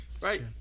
right